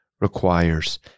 requires